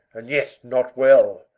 and yet not well,